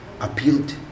appealed